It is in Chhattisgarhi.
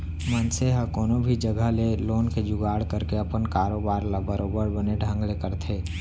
मनसे ह कोनो भी जघा ले लोन के जुगाड़ करके अपन कारोबार ल बरोबर बने ढंग ले करथे